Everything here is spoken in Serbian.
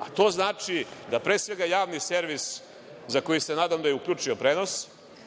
a to znači, pre svega, Javni servis, za koji se nadam da je uključio prenos,